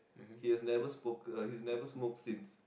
he was never smoke he has never smoked since